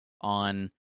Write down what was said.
on